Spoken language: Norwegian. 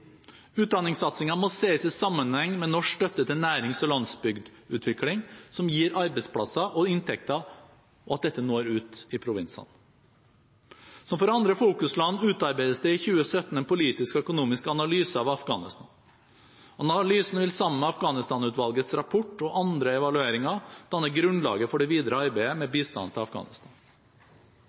må ses i sammenheng med norsk støtte til nærings- og landsbygdutvikling som gir arbeidsplasser og inntekter og når ut i provinsene. Som for andre fokusland utarbeides det i 2017 en politisk og økonomisk analyse av Afghanistan. Analysen vil sammen med Afghanistan-utvalgets rapport og andre evalueringer danne grunnlag for det videre arbeidet med bistanden til Afghanistan.